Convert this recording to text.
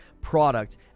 product